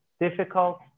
difficult